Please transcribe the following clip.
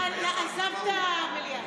הוא עזב את המליאה.